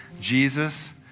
Jesus